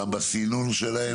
גם בסינון שלהם.